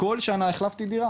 כל שנה החלפתי דירה